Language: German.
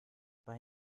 bei